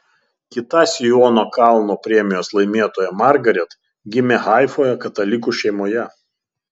kita siono kalno premijos laimėtoja margaret gimė haifoje katalikų šeimoje